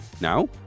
now